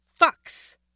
fucks